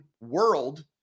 world